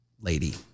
lady